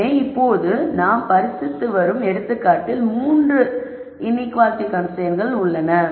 எனவே இப்போது நாம் பரிசீலித்து வரும் எடுத்துக்காட்டில் 3 இன்ஈக்குவாலிட்டி கன்ஸ்ரைன்ட்ஸ்கள் உள்ளன